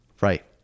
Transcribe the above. Right